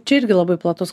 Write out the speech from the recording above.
čia irgi labai platus